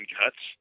cuts